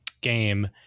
game